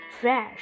Fresh